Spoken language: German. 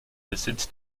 besitz